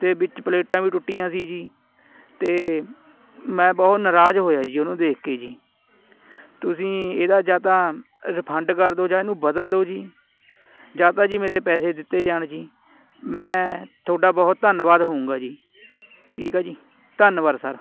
ਅਤੇ ਵਿੱਚ ਪਲੇਟਾਂ ਵੀ ਟੁੱਟੀਆਂ ਸੀ ਜੀ ਅਤੇ ਮੈਂ ਬਹੁਤ ਨਾਰਾਜ਼ ਹੋਇਆ ਜੀ ਉਹਨੂੰ ਦੇਖ ਕੇ ਜੀ ਤੁਸੀਂ ਇਹਦਾ ਜਾਂ ਤਾਂ ਰਿਫੰਡ ਕਰ ਦਿਉ ਜਾਂ ਇਹਨੂੰ ਬਦਲ ਦਿਉ ਜੀ ਜਾਂ ਤਾਂ ਜੀ ਮੇਰੇ ਪੈਸੇ ਦਿੱਤੇ ਜਾਣ ਜੀ ਮੈਂ ਤੁਹਾਡਾ ਬਹੁਤ ਧੰਨਵਾਦ ਹੋਊਂਗਾ ਜੀ ਠੀਕ ਆ ਜੀ ਧੰਨਵਾਦ ਸਰ